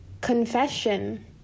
Confession